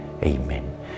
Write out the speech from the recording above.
Amen